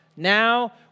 Now